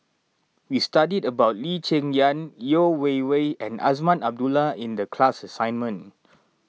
we studied about Lee Cheng Yan Yeo Wei Wei and Azman Abdullah in the class assignment